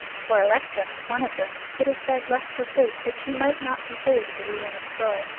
for electra, one of them, it is said left her place that she might not behold the ruin of troy,